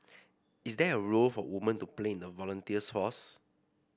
is there a role for women to play in the volunteers force